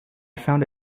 found